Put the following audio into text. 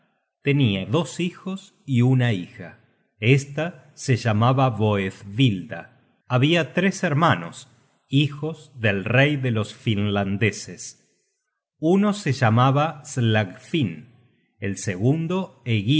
tenia dos hijos y una hija esta se llamaba boethvilda habia tres hermanos hijos del rey de los finlandeses uno se llamaba slagfinn el segundo